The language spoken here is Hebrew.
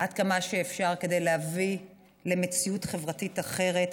עד כמה שאפשר כדי להביא למציאות חברתית אחרת,